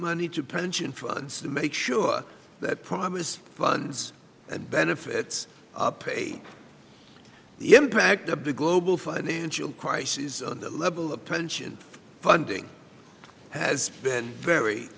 money to pension funds to make sure that promise funds and benefits are paid the impact of the global financial crisis on the level of tension funding has been very